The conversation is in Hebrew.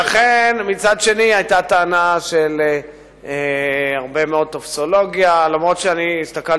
את, כמובן, הגשת הצעה לסדר-היום, ואת נוכחת